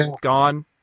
gone